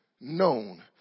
known